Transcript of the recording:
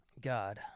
God